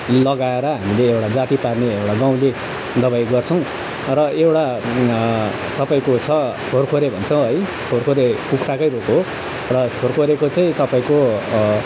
लगाएर हामीले एउटा जाती पार्ने एउटा गाउँले दबाई गर्छौँ र एउटा तपाईँको छ खोरखोरे भन्छौँ है खोरखोरे कुखराकै रोग हो र खोरखोरेको चाहिँ तपाईँको